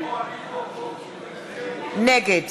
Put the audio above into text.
נגד